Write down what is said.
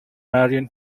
marion